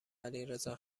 علیرضا